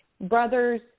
brothers